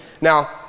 Now